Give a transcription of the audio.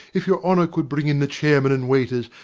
if your honour could bring in the chairmen and waiters,